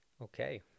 Okay